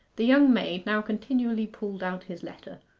the young maid now continually pulled out his letter,